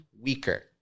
weaker